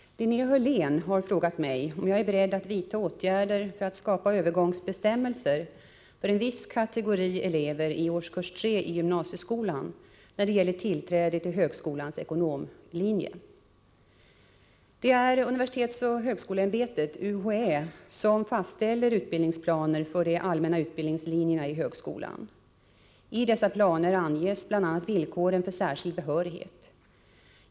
Herr talman! Linnea Hörlén har frågat mig om jag är beredd att vidta åtgärder för att skapa övergångsbestämmelser för en viss kategori elever i årskurs 3 i gymnasieskolan när det gäller tillträde till högskolans ekonomlinje. Det är universitetsoch högskoleämbetet som fastställer utbildningsplaner för de allmänna utbildningslinjerna i högskolan. I dessa planer anges bl.a. villkoren för särskild behörighet.